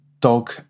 dog